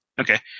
Okay